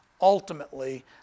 ultimately